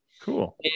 Cool